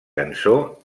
cançó